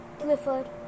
Clifford